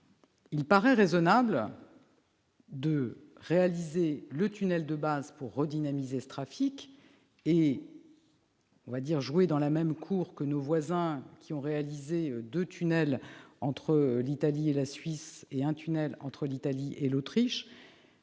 il paraît raisonnable de réaliser le tunnel de base pour redynamiser ce même trafic et « jouer dans la même cour » que nos voisins, qui ont creusé deux tunnels entre l'Italie et la Suisse et un tunnel entre l'Italie et l'Autriche.